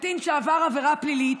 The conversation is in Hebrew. קטין שעבר עבירה פלילית,